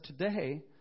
today